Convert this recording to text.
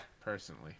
personally